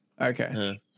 okay